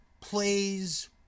plays